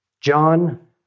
John